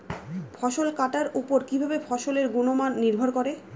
ফসল কাটার উপর কিভাবে ফসলের গুণমান নির্ভর করে?